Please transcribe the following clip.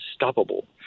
unstoppable